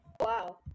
Wow